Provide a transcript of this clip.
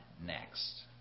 next